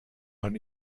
man